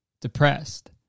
depressed